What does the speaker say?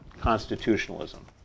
constitutionalism